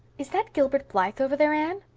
is that gilbert blythe over there, anne?